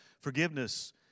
Forgiveness